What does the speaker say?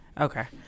Okay